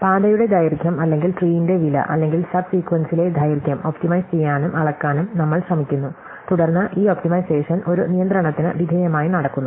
പാതയുടെ ദൈർഘ്യം അല്ലെങ്കിൽ ട്രീയിന്റെ വില അല്ലെങ്കിൽ സബ് സീക്വേന്സിലെ ദൈർഘ്യം ഒപ്റ്റിമൈസ് ചെയ്യാനും അളക്കാനും നമ്മൾ ശ്രമിക്കുന്നു തുടർന്ന് ഈ ഒപ്റ്റിമൈസേഷൻ ഒരു നിയന്ത്രണത്തിന് വിധേയമായി നടക്കുന്നു